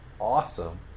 awesome